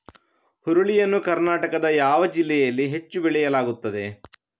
ಹುರುಳಿ ಯನ್ನು ಕರ್ನಾಟಕದ ಯಾವ ಜಿಲ್ಲೆಯಲ್ಲಿ ಹೆಚ್ಚು ಬೆಳೆಯಲಾಗುತ್ತದೆ?